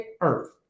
earth